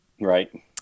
right